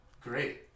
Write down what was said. Great